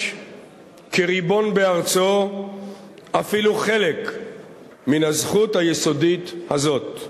כריבון בארצו אפילו חלק מן הזכות היסודית הזאת.